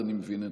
אני מבין שבעד,